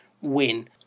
win